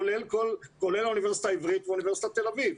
כולל האוניברסיטה העברית ואוניברסיטת תל אביב.